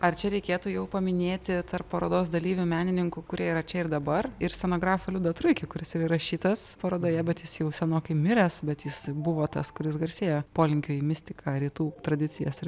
ar čia reikėtų jau paminėti tarp parodos dalyvių menininkų kurie yra čia ir dabar ir scenografą liudą truikį kuris jau įrašytas parodoje bet jis jau senokai miręs bet jis buvo tas kuris garsėjo polinkiu į mistiką rytų tradicijas ir